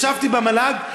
ישבתי במל"ג,